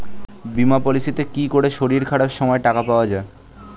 বীমা পলিসিতে কি করে শরীর খারাপ সময় টাকা পাওয়া যায়?